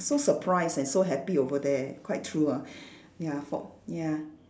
so surprised and so happy over there quite true ah ya for ya